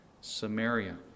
Samaria